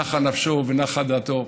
נחה נפשו ונחה דעתו.